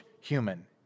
human